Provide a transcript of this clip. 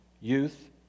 youth